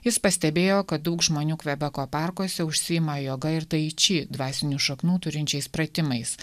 jis pastebėjo kad daug žmonių kvebeko parkuose užsiima joga ir taiči dvasinių šaknų turinčiais pratimais